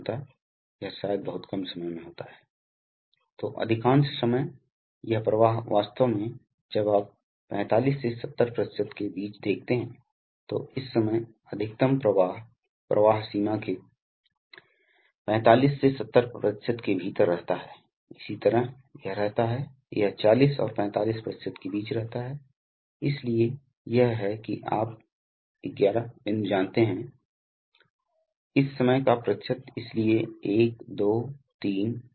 तो उस स्थिति में संचायक खेल में आ जाता है और ऐसी स्थिति में हवा की बड़ी मात्रा सीधे संचयकर्ता से आ सकती है और फिर संचयकर्ता फिर से कंप्रेसर द्वारा धीरे धीरे भरा जा सकता है इसलिए इससे सिस्टम की प्रतिक्रिया में बहुत सुधार होता है इसलिए न्यूमेटिक्स नियंत्रण में सिस्टम संचायक बहुत आवश्यक हैं